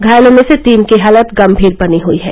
घायलों में से तीन की हालत गंभीर बनी हुई है